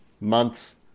months